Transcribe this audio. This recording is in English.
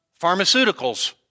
pharmaceuticals